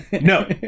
no